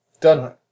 done